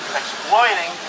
exploiting